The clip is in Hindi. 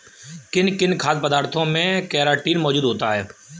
किन किन खाद्य पदार्थों में केराटिन मोजूद होता है?